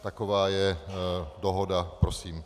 Taková je dohoda prosím.